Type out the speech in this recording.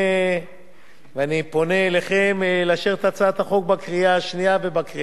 ואני פונה אליכם לאשר את הצעת החוק בקריאה השנייה ובקריאה השלישית.